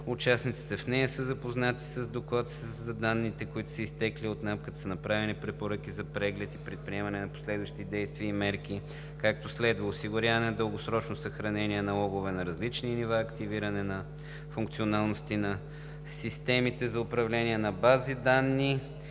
участниците в нея са се запознали с изтичането на данни от Националната агенция за приходите, като са направени препоръки за преглед и предприемане на последващи действия и мерки, както следва: осигуряване на дългосрочно съхранение на логове на различните нива, активиране на функционалностите на системите за управление на бази данни